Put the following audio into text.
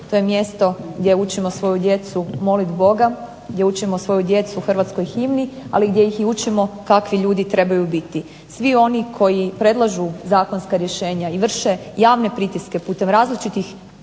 to je mjesto gdje učimo svoju djecu moliti Boga, gdje učimo svoju djecu hrvatskoj himni, ali gdje ih i učimo kakvi ljudi trebaju biti. Svi oni koji predlažu zakonska rješenja i vrše javne pritiske putem različitih